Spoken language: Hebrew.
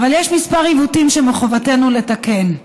יש כמה עיוותים שמחובתנו לתקן.